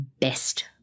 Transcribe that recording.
best